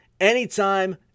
anytime